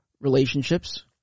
relationships